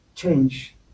change